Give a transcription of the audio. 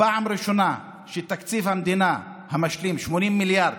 פעם ראשונה שתקציב המדינה המשלים, 80 מיליארד,